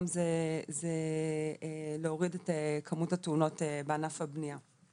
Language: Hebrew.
זה להוריד את כמות התאונות בענף הבנייה.